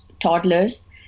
toddlers